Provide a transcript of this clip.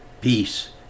Peace